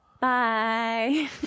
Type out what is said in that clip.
Bye